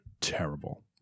terrible